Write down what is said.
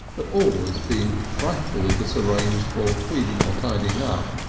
but always being frightfully disarranged for cleaning or tidying up,